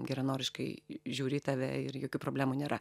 geranoriškai žiūri į tave ir jokių problemų nėra